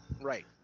Right